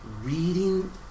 reading